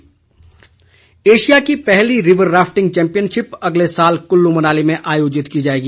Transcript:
one मंत्री Asia की पहली रिवर राफि्टंग चैम्पियनशिप अगले साल कुल्लू मनाली में आयोजित की जाएगी